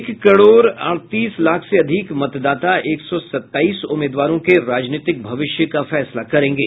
एक करोड़ अड़तीस लाख से अधिक मतदाता एक सौ सताईस उम्मीदवारों के राजनीतिक भविष्य का फैसला करेंगे